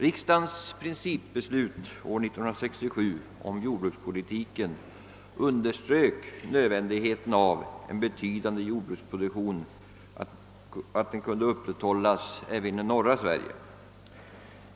Riksdagens principbeslut år 1967 om jordbrukspolitiken underströk nödvändigheten av att en betydande jordbruksproduktion kunde upprätthållas även inom norra Sverige.